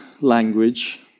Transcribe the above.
language